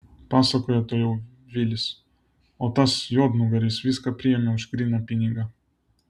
pasakojo toliau vilis o tas juodnugaris viską priėmė už gryną pinigą